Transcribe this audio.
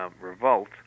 revolt